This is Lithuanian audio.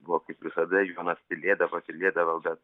va kaip visada jonas tylėdavo tylėdavo bet